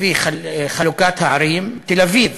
לפי חלוקה לערים: תל-אביב,